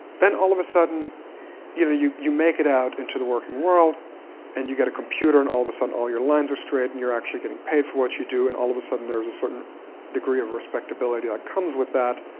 then all of a sudden you know you you make it out into the working world and you get a computer. and all of a sudden all your lines are straight and you're actually getting paid for what you do, and all of a sudden there's a certain degree of respectability that comes with that.